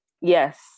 yes